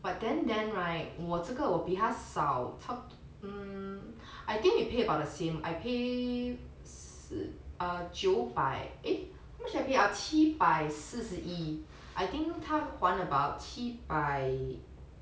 but then then right 我这个我比他少差不 hmm I think we pay about the same I pay 四啊九百 eh how much I pay ah 七百四十一 I think 她还 about 七百